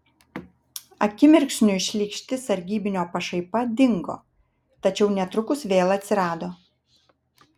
akimirksniui šlykšti sargybinio pašaipa dingo tačiau netrukus vėl atsirado